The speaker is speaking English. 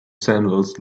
sandals